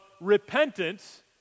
repentance